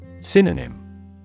Synonym